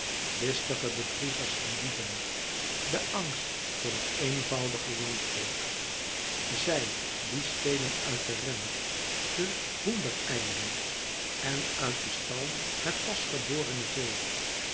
listige bedriegers en dieven de angst voor het eenvoudige landvolk zij die stelen uit den ren de hoendereieren en uit den stal het pas geborene vee